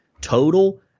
total